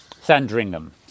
Sandringham